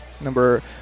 Number